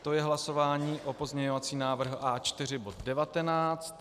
To je hlasování o pozměňovacím návrhu A4 bod 19.